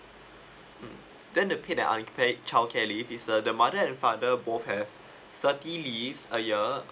mm then the paid and unpaid childcare leave is uh the mother and father both have thirty leaves a year